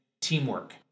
teamwork